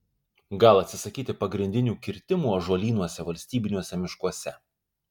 gal atsisakyti pagrindinių kirtimų ąžuolynuose valstybiniuose miškuose